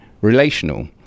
relational